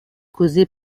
causée